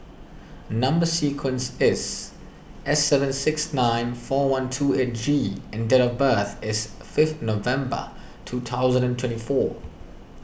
Number Sequence is S seven six nine four one two eight G and date of birth is fifth November two thousand and twenty four